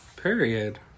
period